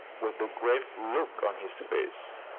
with a grave look on his face.